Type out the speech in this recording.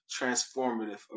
transformative